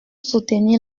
soutenir